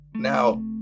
Now